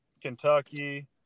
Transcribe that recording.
Kentucky